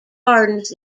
gardens